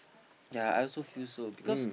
yea I also feel so because